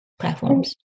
platforms